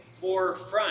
forefront